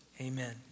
amen